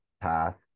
path